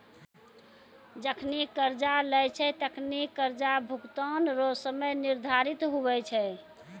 जखनि कर्जा लेय छै तखनि कर्जा भुगतान रो समय निर्धारित हुवै छै